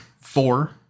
four